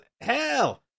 hell